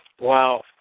Wow